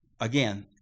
again